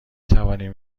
توانیم